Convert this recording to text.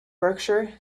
berkshire